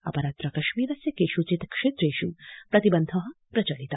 अपरत्र कश्मीरस्य केषचित् क्षेत्रेष प्रतिबन्ध प्रचलित